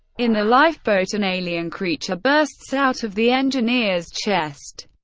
in the lifeboat, an alien creature bursts out of the engineer's chest.